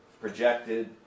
projected